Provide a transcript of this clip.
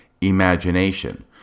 imagination